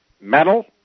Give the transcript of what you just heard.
metal